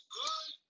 good